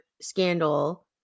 scandal